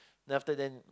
then after then